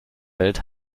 welt